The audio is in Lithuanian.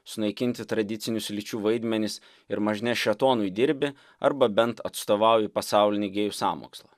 sunaikinti tradicinius lyčių vaidmenis ir mažne šėtonui dirbi arba bent atstovauja pasaulinį gėjų sąmokslą